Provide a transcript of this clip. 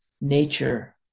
nature